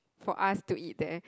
for us to eat there